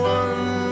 one